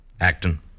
Acton